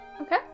Okay